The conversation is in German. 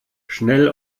schnell